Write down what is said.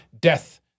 death